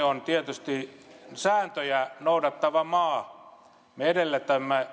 on tietysti sääntöjä noudattava maa me edellytämme